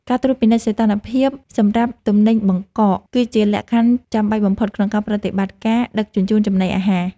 ការត្រួតពិនិត្យសីតុណ្ហភាពសម្រាប់ទំនិញបង្កក គឺជាលក្ខខណ្ឌចាំបាច់បំផុតក្នុងប្រតិបត្តិការដឹកជញ្ជូនចំណីអាហារ។